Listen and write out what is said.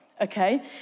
okay